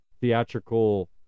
theatrical